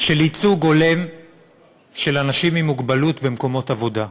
חובה של ייצוג הולם של אנשים עם מוגבלות במקומות עבודה.